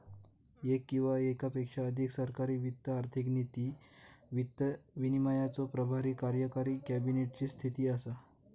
येक किंवा येकापेक्षा अधिक सरकारी वित्त आर्थिक नीती, वित्त विनियमाचे प्रभारी कार्यकारी कॅबिनेट ची स्थिती असा